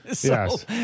yes